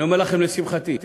אני אומר לכם לשמחתי,